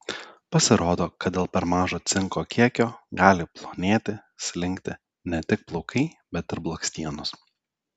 pasirodo kad dėl per mažo cinko kiekio gali plonėti slinkti ne tik plaukai bet ir blakstienos